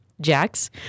Jax